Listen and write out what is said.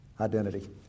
identity